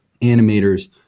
animators